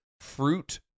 fruit